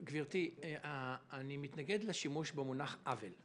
גברתי, אני מתנגד לשימוש במונח "עוול".